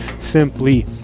simply